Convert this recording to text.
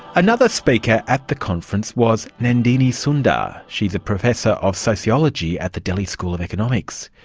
another speaker at the conference was nandini sundar. she's a professor of sociology at the delhi school of economics.